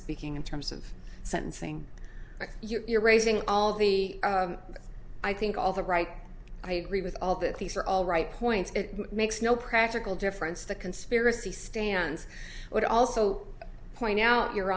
speaking in terms of sentencing you're raising all the i think all the right i agree with all that these are all right points it makes no practical difference the conspiracy stands but also point out your